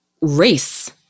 race